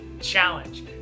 challenge